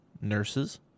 nurses